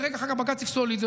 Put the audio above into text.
ורגע אחר כך בג"ץ יפסול לי את זה,